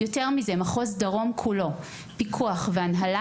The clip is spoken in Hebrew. יותר מזה, מחוז דרום כולו, פיקוח והנהלה